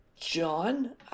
John